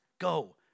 go